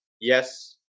yes